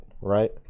right